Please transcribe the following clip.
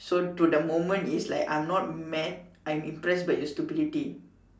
so to the moment is like I am not mad I am impressed by your stupidity